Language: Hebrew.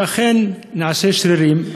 שאכן נעשה שרירים.